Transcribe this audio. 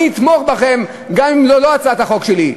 אני אתמוך בכם גם אם זו לא הצעת החוק שלי,